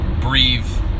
breathe